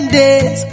days